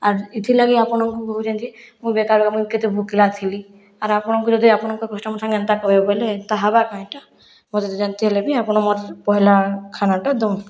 ଆର୍ ଇଥିର୍ ଲାଗି ଆପଣଙ୍କୁ କହୁଛନକି ମୁଇଁ ବେକାର ମୁଇଁ କେତେ ଭୁକିଲା ଥିଲି ଆର୍ ଆପଣଙ୍କୁ ଯଦି ଆପଣଙ୍କ କଷ୍ଟମର ସାଙ୍ଗେ ଏନ୍ତା କରିବା ବେଲେ ତାହା କାଁ ହେବା କାଁ ଇଟା ମୋତେ ଯେନ୍ତା ହେଲେ ବି ଆପଣ ମୋର୍ ପହିଲା ଖାନାଟା ଦଉନ୍